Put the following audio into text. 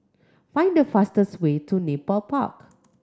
find the fastest way to Nepal Park